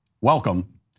welcome